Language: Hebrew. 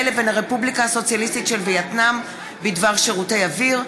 לבין הרפובליקה הסוציאליסטית של וייטנאם בדבר שירותי אוויר,